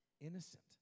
innocent